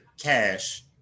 cash